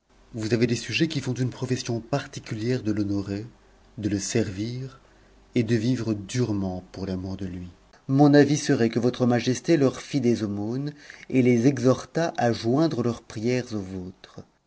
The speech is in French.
vous avez des sujets qui font une profession particulière de l'honorer de le servir et de vivre durement pour l'amour de lui mon avis serait que votre majesté leur fit des aumônes et les exhortât à joindre leurs prières aux vôtres